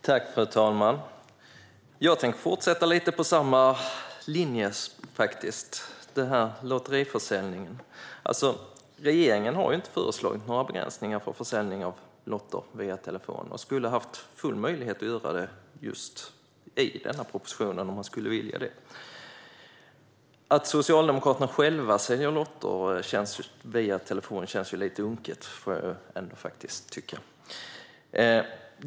Fru talman! Jag tänker fortsätta på samma linje angående lotteriförsäljningen. Regeringen har inte föreslagit några begränsningar av försäljning av lotter via telefon. Man hade möjlighet att göra det i denna proposition, om man skulle vilja det. Att Socialdemokraterna själva säljer lotter via telefon känns lite unket, kan jag tycka.